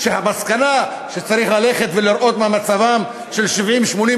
והמסקנה היא שצריך ללכת ולראות מה מצבם של 70,000,